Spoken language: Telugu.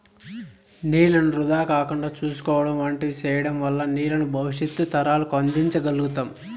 నీళ్ళను వృధా కాకుండా చూసుకోవడం వంటివి సేయడం వల్ల నీళ్ళను భవిష్యత్తు తరాలకు అందించ గల్గుతాం